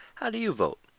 how do you vote?